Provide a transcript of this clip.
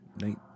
night